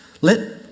Let